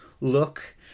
look